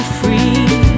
free